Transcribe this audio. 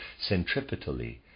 centripetally